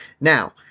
Now